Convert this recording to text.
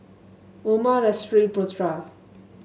Umar Lestari Putra